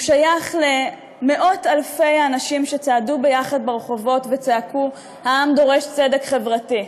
הוא שייך למאות אלפי אנשים שצעדו ברחובות וצעקו: "העם דורש צדק חברתי".